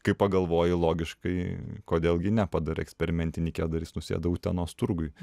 kai pagalvoji logiškai kodėl gi ne padarė eksperimentinį kedą ir jis nusėdo utenos turguj